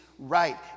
Right